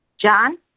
John